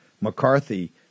McCarthy